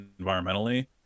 environmentally